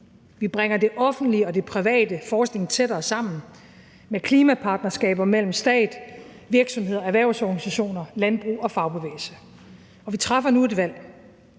Vi bringer den offentlige og den private forskning tættere sammen med klimapartnerskaber mellem stat, virksomheder, erhvervsorganisationer, landbrug og fagbevægelse, og vi træffer nu et valg.